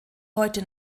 heute